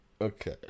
Okay